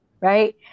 right